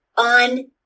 on